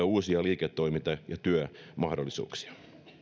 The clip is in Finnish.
uusia liiketoiminta ja työmahdollisuuksia